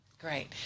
Great